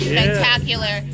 Spectacular